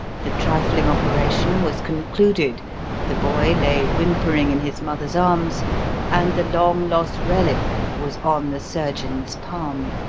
the trifling operation was concluded the boy lay whimpering in his mother's arms and the long-lost relic was on the surgeon's palm.